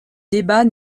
débat